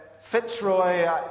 Fitzroy